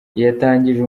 yatangije